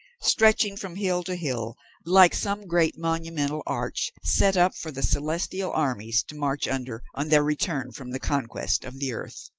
stretching from hill to hill like some great monumental arch set up for the celestial armies to march under on their return from the conquest of the earth.